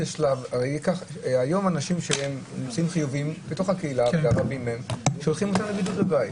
היום אנשים שהם נמצאים חיוביים הם בתוך קהילה ושולחים אותם לבידוד בבית.